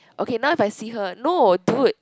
okay now if I see her no dude